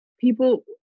people